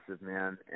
man